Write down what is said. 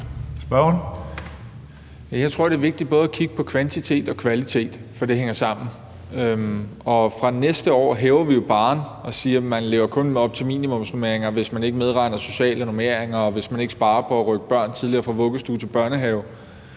Jeg tror, det er vigtigt både at kigge på kvantitet og kvalitet, for det hænger sammen. Fra næste år hæver vi jo barren og siger, at man kun lever op til minimumsnormeringerne, hvis man ikke medregner sociale normeringer, og hvis man ikke sparer ved at rykke børn tidligere fra vuggestue til børnehave.